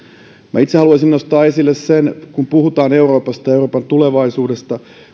minä itse haluaisin nostaa esille sen kuten moni kollegakin kun puhutaan euroopasta ja euroopan tulevaisuudesta